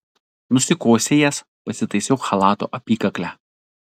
nusikosėjęs pasitaisiau chalato apykaklę